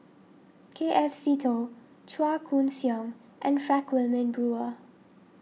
K F Seetoh Chua Koon Siong and Frank Wilmin Brewer